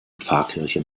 pfarrkirche